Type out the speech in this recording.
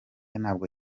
ntabwo